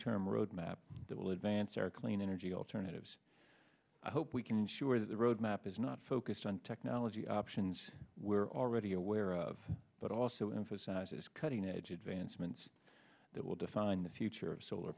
term roadmap that will advance our clean energy alternatives i hope we can ensure that the road map is not focused on technology options we are already aware of but also emphasizes cutting edge advancements that will define the future of solar